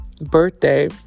birthday